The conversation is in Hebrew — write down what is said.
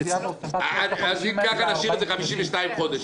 אם כך נשאיר את זה 52 חודש.